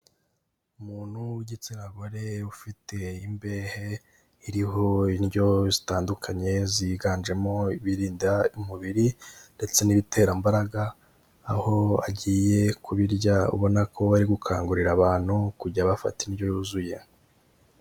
umuntu w'igitsina gore ufite imbehe iriho indyo zitandukanye ziganjemo ibirinda umubiri ndetse n'ibiterambaraga aho agiye kubirya ubona ko bari gukangurira abantu kujya bafata indyo yuzuye.